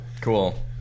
Cool